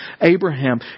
Abraham